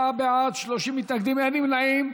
44 בעד, 30 מתנגדים, אין נמנעים.